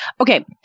okay